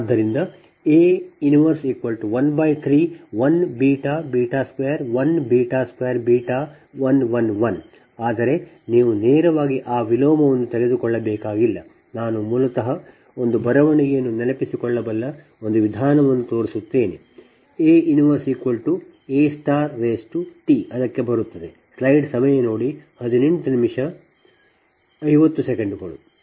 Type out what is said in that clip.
ಆದ್ದರಿಂದ A 1131 2 1 2 1 1 1 ಆದರೆ ನೀವು ನೇರವಾಗಿ ಆ ವಿಲೋಮವನ್ನು ತೆಗೆದುಕೊಳ್ಳಬೇಕಾಗಿಲ್ಲ ನಾನು ಮೂಲತಃ ಒಂದು ಬರವಣಿಗೆಯನ್ನು ನೆನಪಿಸಿಕೊಳ್ಳಬಲ್ಲ ಒಂದು ವಿಧಾನವನ್ನು ತೋರಿಸುತ್ತೇನೆ A 1AT ಅದಕ್ಕೆ ಬರುತ್ತದೆ